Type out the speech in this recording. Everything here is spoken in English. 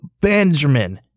Benjamin